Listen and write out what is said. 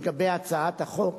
לגבי הצעת החוק